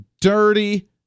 dirty